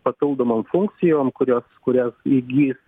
papildomom funkcijom kurios kurias įgys